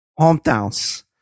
hometowns